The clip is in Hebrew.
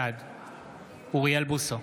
בעד אוריאל בוסו,